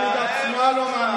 שמדברת